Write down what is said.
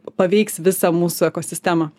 paveiks visų mūsų ekosistemą